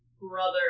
Brother